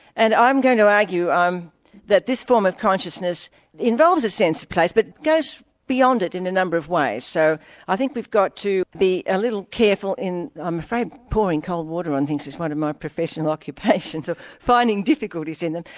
and i'm going to argue that this form of consciousness involves a sense of place, but goes beyond it in a number of ways. so i think we've got to be a little careful in i'm afraid pouring cold water on things is one of my professional occupations of finding difficulties in them.